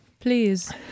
Please